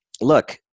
look